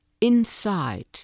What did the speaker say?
inside